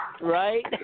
Right